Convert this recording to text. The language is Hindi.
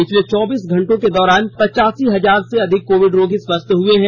पिछले चौबीस घंटों के दौरान पचासी हजार से अधिक कोविड रोगी स्वस्थ हुए हैं